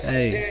Hey